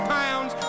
pounds